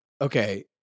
okay